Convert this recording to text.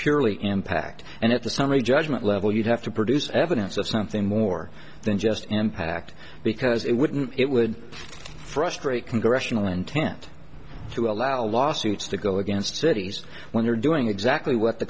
purely impact and at the summary judgment level you'd have to produce evidence of something more than just an impact because it wouldn't it would frustrate congressional intent to allow lawsuits to go against cities when you're doing exactly what the